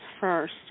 first